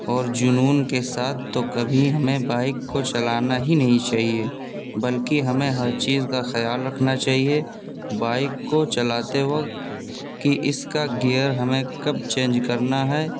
اور جنون کے ساتھ تو کبھی ہمیں بائک کو چلانا ہی نہیں چاہیے بلکہ ہمیں ہر چیز کا خیال رکھنا چاہیے بائک کو چلاتے وقت کہ اس کا گیئر ہمیں کب چینج کرنا ہے